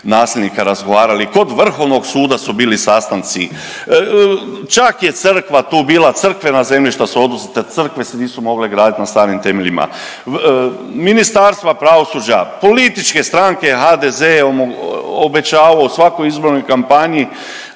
nasljednika razgovarali, kod Vrhovnog suda su bili sastanci, čak je crkva tu bila, crkvena zemljišta su oduzeta, crkve se nisu mogle graditi na starim temeljima, ministarstva pravosuđa, političke stranke HDZ je obećavao u svakoj izbornoj kampanji,